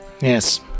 Yes